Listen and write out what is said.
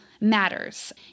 matters